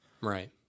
Right